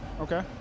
Okay